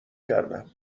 کردم